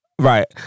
Right